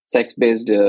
Sex-based